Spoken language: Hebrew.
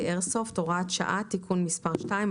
איירסופט) (הוראת שעה)(תיקון מס' 2),